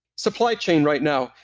supply chain right now,